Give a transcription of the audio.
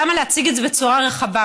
למה להציג את זה בצורה רחבה?